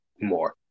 more